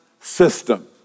system